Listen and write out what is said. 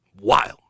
Wild